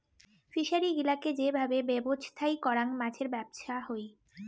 fishery গিলাকে যে ভাবে ব্যবছস্থাই করাং মাছের ব্যবছা হই